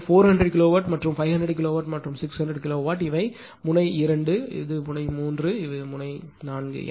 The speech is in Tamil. எனவே 400 கிலோவாட் மற்றும் 500 கிலோவாட் மற்றும் 600 கிலோவாட் இவை முனை 2 இவை முனை 3 இவை முனை 4